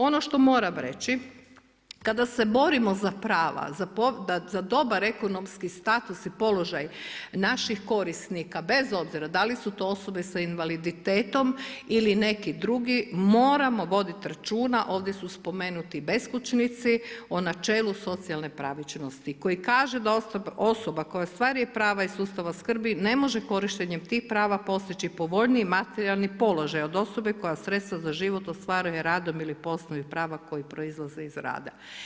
Ono što moram reći, kada se borimo za prava, za dobar ekonomski status i položaj naših korisnika bez obzira da li su to osobe sa invaliditetom ili neki drugi, moramo voditi računa, ovdje su spomenuti beskućnici, o načelu socijalne pravičnosti koji kaže da osoba koja ostvaruje prava iz sustava skrbi ne može korištenjem tih prava postići povoljniji materijalni položaj do osobe koja sredstva za život ostvaruje radom ili po osnovi prava koji proizlaze iz rada.